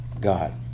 God